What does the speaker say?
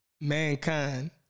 mankind